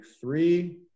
three